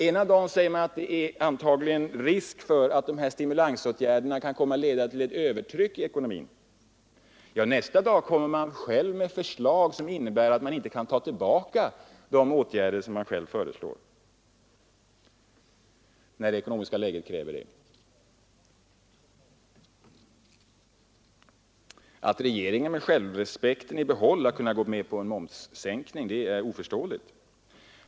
Ena dagen säger man att det antagligen är risk för att dessa stimulansåtgärder kommer att leda till ett övertryck i ekonomin, nästa dag lägger man själv fram förslag som innebär att man inte kan ta tillbaka de åtgärderna, när det ekonomiska läget kräver detta. Att regeringen med självrespekten i behåll har kunnat gå med på en momssänkning är oförståeligt.